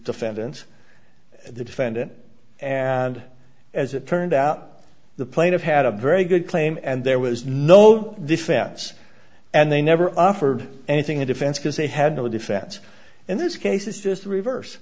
defendants the defendant and as it turned out the plane of had a very good claim and there was no defense and they never offered anything a defense because they had no defense in this case it's just reverse